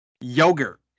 yogurt